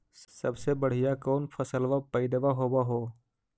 सबसे बढ़िया कौन फसलबा पइदबा होब हो?